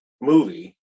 movie